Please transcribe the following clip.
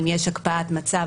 אם יש הקפאת מצב,